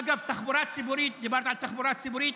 אגב, דיברת על תחבורה ציבורית.